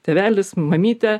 tėvelis mamytė